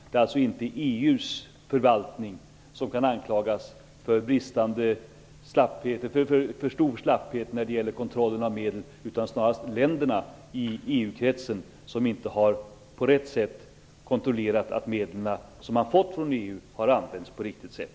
Man kan alltså inte anklaga EU:s förvaltning för slapphet när det gäller kontrollen av medel. Det är snarare länderna i EU kretsen som inte har kontrollerat att de medel som de har fått från EU har använts på ett riktigt sätt.